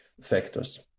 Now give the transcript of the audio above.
factors